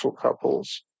couples